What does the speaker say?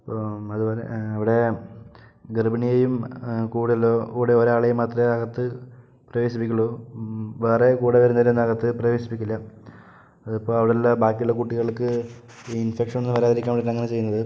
അപ്പോൾ അതേപോലെ അവിടെ ഗർഭിണിയെയും കൂടെയുള്ള കൂടെ ഒരാളെയും മാത്രേ അകത്ത് പ്രവേശിപ്പിക്കുള്ളു വേറെ കൂടെ വരുന്നവരൊന്നും അകത്ത് പ്രവേശിപ്പിക്കില്ല ഇപ്പോൾ അവിടുള്ള ബാക്കിയുള്ള കുട്ടികൾക്ക് ഇൻഫെക്ഷൻ ഒന്നും വരാതിരിക്കാനാണ് അങ്ങനെ ചെയ്യുന്നത്